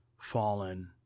Fallen